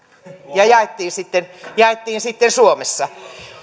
ja jaettiin sitten jaettiin sitten suomessa